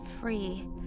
free